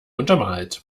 untermalt